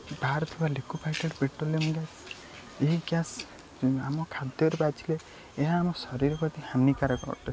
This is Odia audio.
ବାହାରୁଥିବା ଲିକୁଇଫାଇଡ଼୍ ପେଟ୍ରୋଲିୟମ୍ ଗ୍ୟାସ୍ ଏହି ଗ୍ୟାସ୍ ଆମ ଖାଦ୍ୟରେ ବାଜିଲେ ଏହା ଆମ ଶରୀର ପ୍ରତି ହାନିକାରକ ଅଟେ